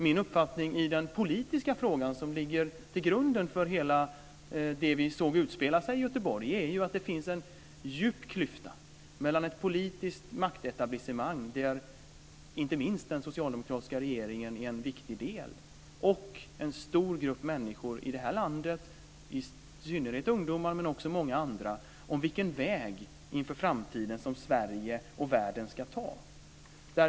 Min uppfattning i den politiska fråga som ligger till grund för allt det vi såg utspela sig i Göteborg är att det finns en djup klyfta mellan ett politiskt maktetablissemang, där inte minst den socialdemokratiska regeringen är en viktig del, och en stor grupp människor i det här landet, i synnerhet ungdomar men också många andra, om vilken väg som Sverige och världen ska ta i framtiden.